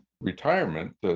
retirement